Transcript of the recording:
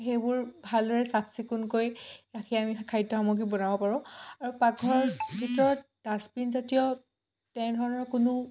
সেইবোৰ ভালদৰে চাফচিকুণকৈ ৰাখি আমি খাদ্য সামগ্ৰী বনাব পাৰোঁ আৰু পাকঘৰৰ ভিতৰত ডাষ্টবিণ জাতীয় তেনেধৰণৰ কোনো